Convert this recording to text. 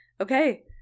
okay